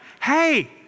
hey